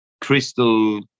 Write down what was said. crystal